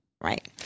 Right